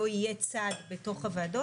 לא יהיה צד בתוך הוועדות.